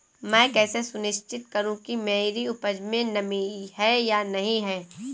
मैं कैसे सुनिश्चित करूँ कि मेरी उपज में नमी है या नहीं है?